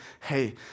hey